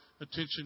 attention